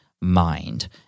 mind